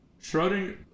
Schrodinger